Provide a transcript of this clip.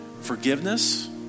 Forgiveness